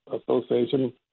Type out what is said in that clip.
association